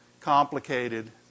complicated